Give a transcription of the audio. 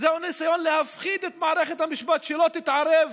זהו ניסיון להפחיד את מערכת המשפט, שלא תתערב